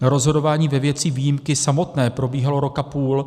Rozhodování ve věci výjimky samotné probíhalo rok a půl.